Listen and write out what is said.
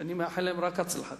שאני מאחל להן רק הצלחה?